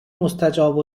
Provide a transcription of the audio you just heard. مستجاب